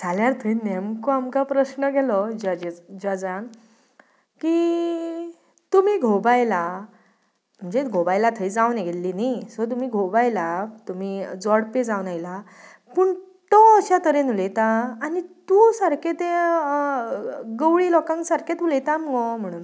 जाल्यार थंय नेमको आमकां प्रश्न केलो जजीस जजान की तुमी घोव बायलां म्हणजेच घोव बायलां थंय जावन येयिल्लीं न्ही सो तुमी घोव बायलां तुमी जोडपें जावन आयलां पूण तो अश्या तरेन उलयता आनी तूं सारकें ते गंवळी लोकां सारकेंच उलयता मगो म्हणून